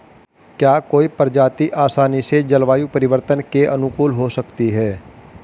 क्या कोई प्रजाति आसानी से जलवायु परिवर्तन के अनुकूल हो सकती है?